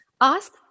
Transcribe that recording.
Ask